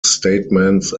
statements